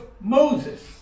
Moses